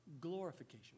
glorification